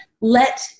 let